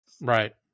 right